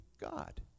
God